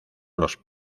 los